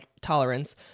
tolerance